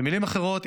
במילים אחרות,